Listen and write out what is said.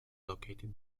located